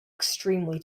extremely